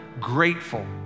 grateful